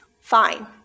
fine